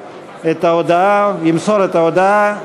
ימסור את ההודעה.